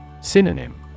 Synonym